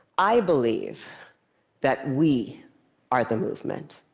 i believe that we are the movement.